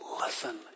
listen